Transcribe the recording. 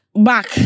back